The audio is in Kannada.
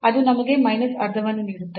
ಅದು ನಮಗೆ ಮೈನಸ್ ಅರ್ಧವನ್ನು ನೀಡುತ್ತದೆ